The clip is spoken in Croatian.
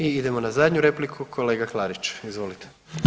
I idemo na zadnju repliku kolega Klarić, izvolite.